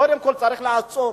קודם כול צריך לעצור,